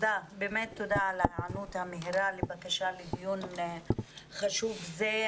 באמת תודה על ההיענות המהירה לבקשה לדיון חשוב זה.